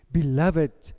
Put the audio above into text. beloved